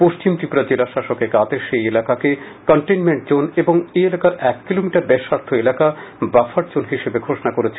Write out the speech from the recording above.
পশ্চিম ত্রিপুরার জেলাশাসক এক আদেশে এই এলাকাকে কনটেইনমেন্ট জোন এবং এই এলাকার এক কিলোমিটার ব্যসার্ধ এলাকা বাফার জোন হিসেবে ঘোষণা করেছেন